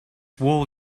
wool